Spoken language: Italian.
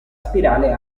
spirale